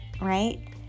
right